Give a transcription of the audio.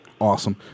Awesome